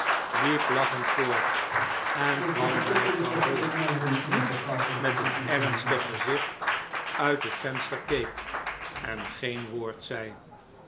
liep lagchend voort en kwam bij vrouw holle die met een ernstig gezigt uit het venster keek en geen woord zei